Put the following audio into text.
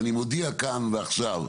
אני מודיע כאן ועכשיו,